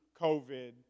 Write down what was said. COVID